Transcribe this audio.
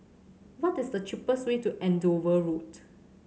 what is the cheapest way to Andover Road